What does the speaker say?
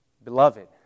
Beloved